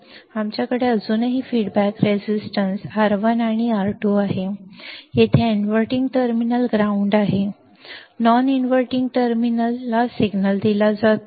आमच्याकडे अजूनही feedback resistance अभिप्राय प्रतिकार R1 आणि R2 आहे आणि येथे इनव्हर्टिंग टर्मिनल ग्राउंड आहे नॉन इनव्हर्टिंग टर्मिनलला सिग्नल दिला जातो